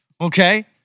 okay